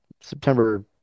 September